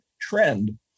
trend